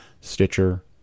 Stitcher